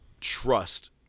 trust